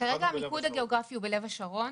כרגע המיקוד הגיאוגרפי הוא בלב השרון,